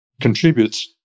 contributes